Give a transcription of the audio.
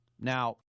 Now